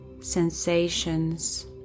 sensations